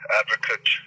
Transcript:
advocate